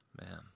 Man